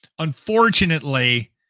Unfortunately